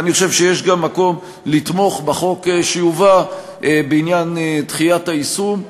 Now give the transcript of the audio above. אני חושב שיש גם מקום לתמוך בחוק שיובא בעניין דחיית היישום.